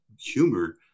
humor